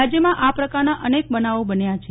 રાજ્યમાં આ પ્રકારના અનેક બનાવો બન્યા છે